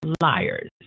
liars